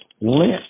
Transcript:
Lent